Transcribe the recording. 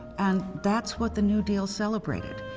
and that's what the new deal celebrated.